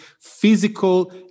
physical